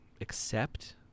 accept